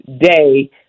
day